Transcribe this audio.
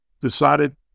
decided